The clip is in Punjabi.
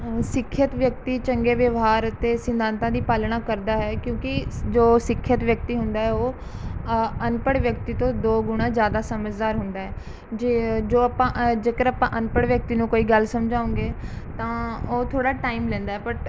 ਸਿੱਖਿਅਤ ਵਿਅਕਤੀ ਚੰਗੇ ਵਿਵਹਾਰ ਅਤੇ ਸਿਧਾਂਤਾਂ ਦੀ ਪਾਲਣਾ ਕਰਦਾ ਹੈ ਕਿਉਂਕਿ ਜੋ ਸਿੱਖਿਅਤ ਵਿਅਕਤੀ ਹੁੰਦਾ ਹੈ ਉਹ ਅਨਪੜ੍ਹ ਵਿਅਕਤੀ ਤੋਂ ਦੋ ਗੁਣਾ ਜ਼ਿਆਦਾ ਸਮਝਦਾਰ ਹੁੰਦਾ ਹੈ ਜੇ ਜੋ ਆਪਾਂ ਜੇਕਰ ਆਪਾਂ ਅਨਪੜ੍ਹ ਵਿਅਕਤੀ ਨੂੰ ਕੋਈ ਗੱਲ ਸਮਝਾਊਗੇ ਤਾਂ ਉਹ ਥੋੜ੍ਹਾ ਟਾਈਮ ਲੈਂਦਾ ਬਟ